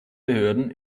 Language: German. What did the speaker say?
behörden